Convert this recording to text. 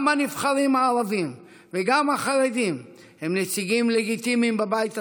גם הנבחרים הערבים וגם החרדים הם נציגים לגיטימיים בבית הזה.